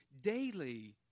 daily